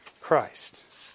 Christ